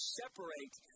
separate